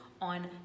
on